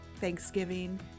Thanksgiving